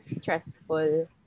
stressful